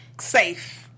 safe